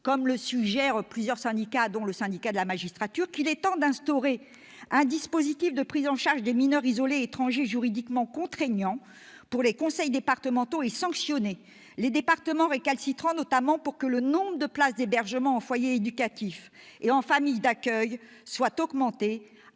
comme le suggèrent plusieurs syndicats, dont le Syndicat de la magistrature, qu'il est temps d'instaurer un dispositif de prise en charge des mineurs isolés étrangers juridiquement contraignant pour les conseils départementaux et de sanctionner les départements récalcitrants, notamment pour que le nombre de places d'hébergement en foyer éducatif et en famille d'accueil soit augmenté,